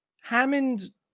Hammond